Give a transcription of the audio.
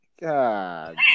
God